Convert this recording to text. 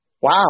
Wow